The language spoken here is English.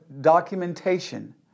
documentation